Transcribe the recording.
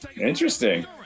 Interesting